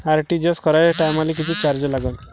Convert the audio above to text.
RTGS कराच्या टायमाले किती चार्ज लागन?